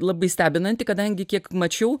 labai stebinanti kadangi kiek mačiau